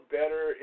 better